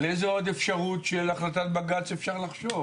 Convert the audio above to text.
על איזו עוד אפשרות של החלטת בג"ץ אפשר לחשוב?